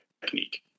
technique